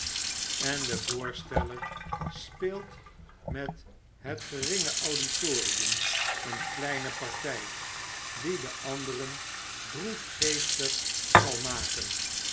en de voorsteller speelt met het geringe auditorium een kleine party die de anderen droefgeestig zal maken